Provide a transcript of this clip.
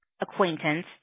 acquaintance